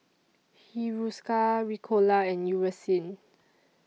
Hiruscar Ricola and Eucerin